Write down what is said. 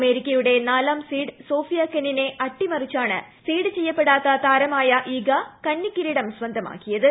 അമേരിക്കയുടെ നാലാം seed Sophia കെനിനെ അട്ടിമറിച്ചാണ് സീഡ് ചെയ്യപ്പെടാത്ത താരമായ ഈഗ കന്നി കിരീടം സ്വന്തമാക്കിയത്